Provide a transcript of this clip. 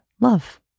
love